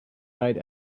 night